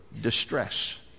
distress